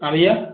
हाँ भईया